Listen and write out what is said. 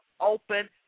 open